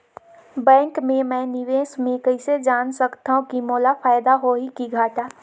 Bank मे मैं निवेश मे कइसे जान सकथव कि मोला फायदा होही कि घाटा?